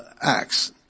acts